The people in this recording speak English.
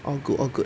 all good all good